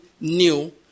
new